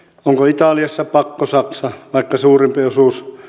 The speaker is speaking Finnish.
italiassa pakkosaksa vaikka suurempi osuus